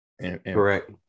Correct